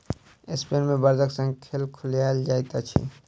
Spain मे बड़दक संग खेल खेलायल जाइत अछि